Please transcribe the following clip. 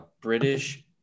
British